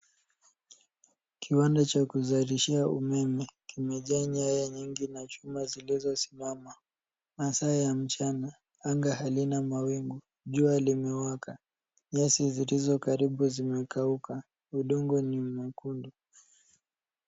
Kiwanda cha kuzalishia umeme, kimejaa nyaya nyingi na chuma zilizosimama, masaa ya mchana, anga halina mawingu, jua limewaka, nyasi zilizokaribu zimekauka, udongo ni mwekundu.